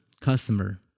customer